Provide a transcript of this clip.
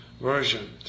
version